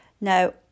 Now